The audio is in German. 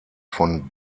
von